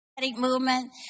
movement